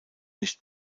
nicht